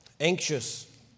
anxious